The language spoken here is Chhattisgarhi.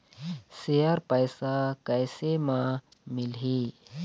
शेयर पैसा कैसे म मिलही?